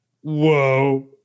whoa